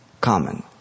common